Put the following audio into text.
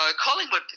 Collingwood